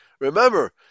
Remember